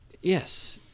Yes